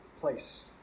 place